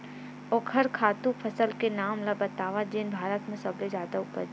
ओखर खातु फसल के नाम ला बतावव जेन भारत मा सबले जादा उपज?